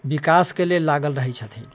बिकास के लेल लागल रहै छथिन